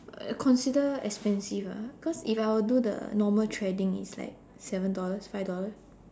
uh consider expensive ah cause if I were to do the normal threading it's like seven dollars five dollars